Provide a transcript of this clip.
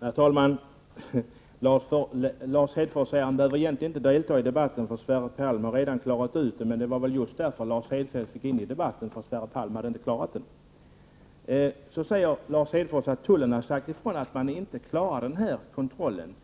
Herr talman! Lars Hedfors sade att han egentligen inte behövde delta i debatten, eftersom Sverre Palm redan framfört utskottsmajoritetens synpunkter. Men det var väl just för att Sverre Palm inte hade gjort det som Lars Hedfors gick in i debatten! Lars Hedfors sade att tullen sagt ifrån att man inte klarar den här kontrollen.